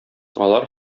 алар